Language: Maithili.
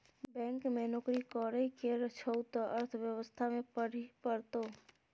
बैंक मे नौकरी करय केर छौ त अर्थव्यवस्था पढ़हे परतौ